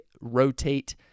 rotate